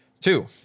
Two